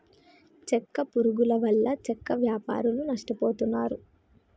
చెక్క పురుగుల వల్ల చెక్క వ్యాపారులు నష్టపోతున్నారు